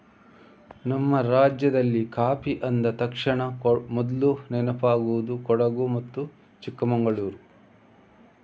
ನಮ್ಮ ರಾಜ್ಯದಲ್ಲಿ ಕಾಫಿ ಅಂದ ತಕ್ಷಣ ಮೊದ್ಲು ನೆನಪಾಗುದು ಕೊಡಗು ಮತ್ತೆ ಚಿಕ್ಕಮಂಗಳೂರು